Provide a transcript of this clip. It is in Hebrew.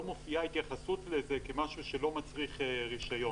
מופיעה התייחסות לזה כמשהו שלא מצריך רישיון,